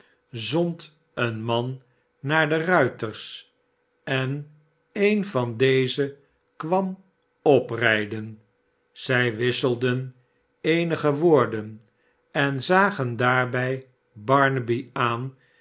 zond een man naar de miters en een van deze kwam oprijden zij wisselden eenige woorden en zagen daarbij barnaby aan